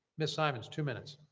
miss simonds two minutes.